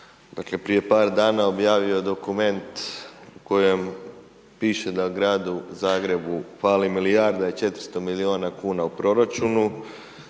prije par dana objavio dokument, u kojem piše da Gradu Zagrebu fali milijarda i 400 milijuna kuna u proračunu,